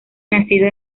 nacido